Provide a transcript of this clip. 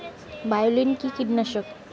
বায়োলিন কি কীটনাশক?